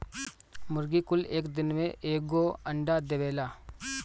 मुर्गी कुल एक दिन में एगो अंडा देवेला